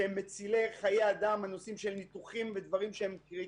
שהם מצילי חיים הניתוחים והדברים הקריטיים,